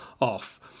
off